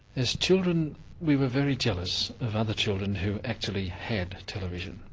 as children we were very jealous of other children who actually had television.